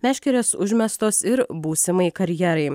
meškerės užmestos ir būsimai karjerai